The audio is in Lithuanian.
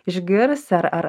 išgirs ar ar